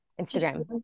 Instagram